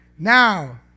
Now